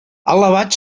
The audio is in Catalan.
alabat